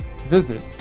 Visit